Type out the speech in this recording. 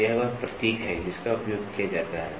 तो यह वह प्रतीक है जिसका उपयोग किया जाता है